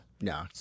no